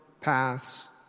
paths